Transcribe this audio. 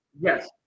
Yes